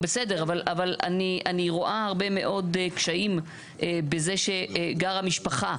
בסדר, אבל אני רואה הרבה מאוד קשיים כשגרה משפחה.